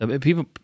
People